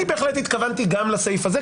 אני בהחלט התכוונתי גם לסעיף הזה,